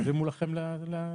הרימו לכם להנחתה.